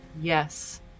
Yes